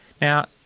Now